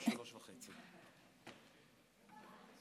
בשבוע האחרון הופעל מכבש לחצים על מנהלי